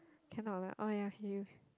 cannot lah oh ya okay you